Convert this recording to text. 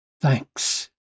thanks